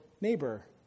neighbor